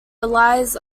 relies